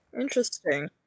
Interesting